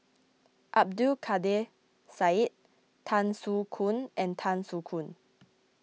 Abdul Kadir Syed Tan Soo Khoon and Tan Soo Khoon